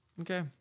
Okay